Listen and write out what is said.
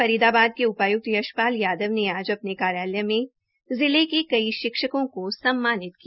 फरीदाबाद के उपायुक्त यशपाल यादव ने आज अपने कार्यालय में जिले के कई शिक्षको को सम्मानित किया